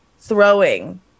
throwing